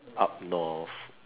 up North